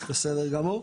בסדר גמור.